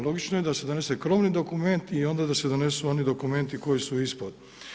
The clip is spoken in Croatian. Logično je da se donese krovni dokument i onda da se donesu oni dokumenti koji su ispod.